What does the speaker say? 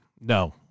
No